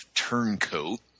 Turncoat